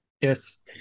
Yes